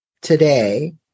today